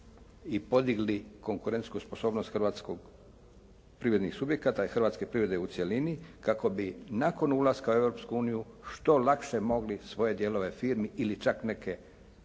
i podigli konkurentsku sposobnost hrvatskog, privrednih subjekata i hrvatske privrede u cjelini kako bi nakon ulaska u Europsku uniju što lakše mogli svoje dijelove firmi ili čak neke